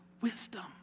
wisdom